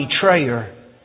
betrayer